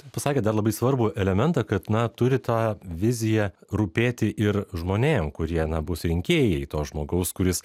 pasakėt dar labai svarbų elementą kad na turi tą viziją rūpėti ir žmonėm kurie na bus rinkėjai to žmogaus kuris